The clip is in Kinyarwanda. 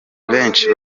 benshi